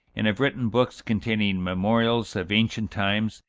and have written books containing memorials of ancient times,